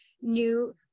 new